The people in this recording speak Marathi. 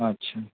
अच्छा